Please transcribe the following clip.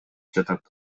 жатат